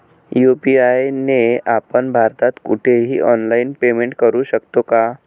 UPI ने आपण भारतात कुठेही ऑनलाईन पेमेंट करु शकतो का?